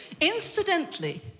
Incidentally